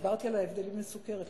הסברתי על ההבדלים בין סוגי סוכרת,